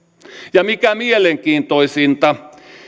ja mikä mielenkiintoisinta